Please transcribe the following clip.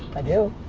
i do.